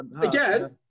Again